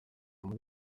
muri